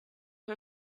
her